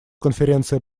конференция